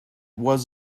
was